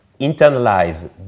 internalize